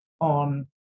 on